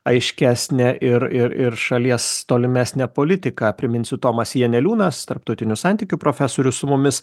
aiškesnė ir ir ir šalies tolimesnė politika priminsiu tomas janeliūnas tarptautinių santykių profesorius su mumis